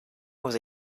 was